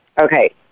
Okay